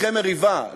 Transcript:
שטחי מריבה.